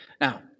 Now